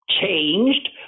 changed